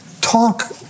talk